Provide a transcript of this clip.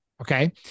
okay